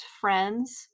friends